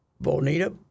Bonita